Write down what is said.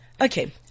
Okay